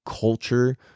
culture